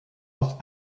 auf